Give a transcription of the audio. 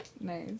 Nice